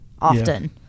often